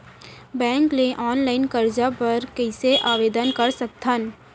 Bank ले online करजा बर कइसे आवेदन कर सकथन?